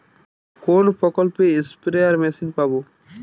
কোন প্রকল্পে spare machine পাব?